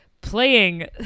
playing